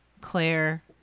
Claire